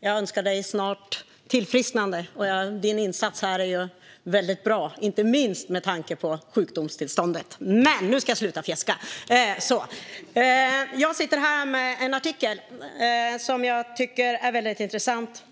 Jag önskar dig ett snart tillfrisknande. Din insats här är väldigt bra, inte minst med tanke på sjukdomstillståndet. Men nu ska jag sluta att fjäska! Jag sitter här med en artikel som jag tycker är väldigt intressant.